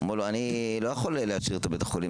אומר לו: אני לא יכול לאשר את בית החולים